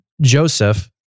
Joseph